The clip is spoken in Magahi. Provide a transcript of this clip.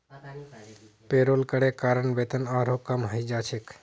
पेरोल करे कारण वेतन आरोह कम हइ जा छेक